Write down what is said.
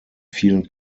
vielen